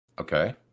Okay